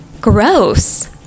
Gross